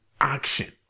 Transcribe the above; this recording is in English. action